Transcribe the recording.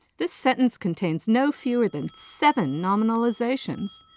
this sentence contains no fewer than seven nominalizations,